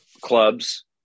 clubs